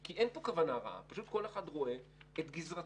כי אין כאן כוונה ראה אלא שפשוט כל אחד רואה את גזרתו.